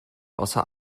außer